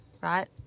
right